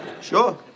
Sure